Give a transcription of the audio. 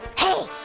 hey